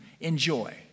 Enjoy